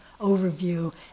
overview